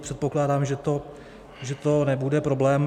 Předpokládám, že to nebude problém.